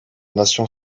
nation